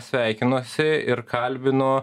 sveikinuosi ir kalbinu